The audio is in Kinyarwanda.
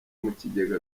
mukigega